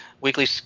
weekly